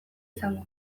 izango